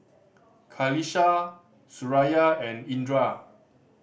Qalisha Suraya and Indra